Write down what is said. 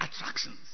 attractions